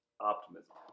optimism